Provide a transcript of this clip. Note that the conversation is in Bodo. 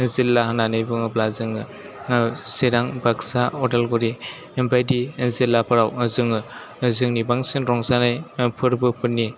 जिल्ला होननानै बुङोब्ला जोङो चिरां बागसा अदालगुरि बादि जिल्लाफोराव जोङो जोंनि बांसिन रंजानाय फोरबोफोरनि